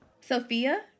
Sophia